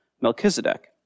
Melchizedek